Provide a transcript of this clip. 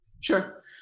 Sure